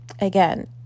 again